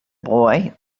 boy